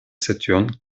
saturne